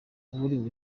waburiwe